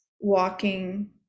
Walking